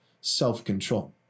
self-control